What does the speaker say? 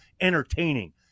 entertaining